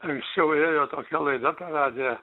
anksčiau ėjo tokia laida per radiją